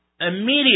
immediately